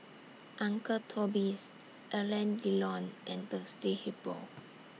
Uncle Toby's Alain Delon and Thirsty Hippo